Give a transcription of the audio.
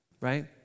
Right